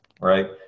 Right